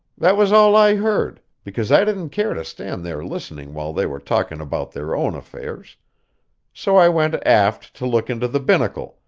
that was all i heard, because i didn't care to stand there listening while they were talking about their own affairs so i went aft to look into the binnacle,